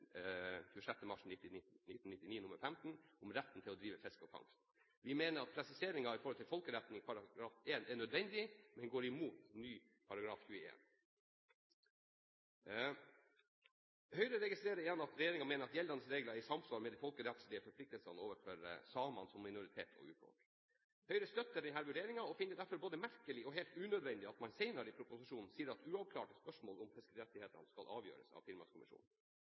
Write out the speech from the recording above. mars 1999 nr. 15 om retten til å drive fiske og fangst. Vi mener at presiseringen av forholdet til folkeretten i § 1 er nødvendig, men går imot ny § 21 tredje ledd. Høyre registrerer igjen at regjeringen mener at gjeldende regler er i samsvar med de folkerettslige forpliktelsene overfor samene som minoritet og urfolk. Høyre støtter denne vurderingen og finner det derfor både merkelig og helt unødvendig at man senere i proposisjonen sier at uavklarte spørsmål om fiskerettighetene skal avgjøres av